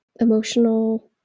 emotional